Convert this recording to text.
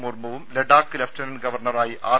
മുർമുവും Ladakh lieutenant ഗവർണറായി R